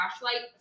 flashlight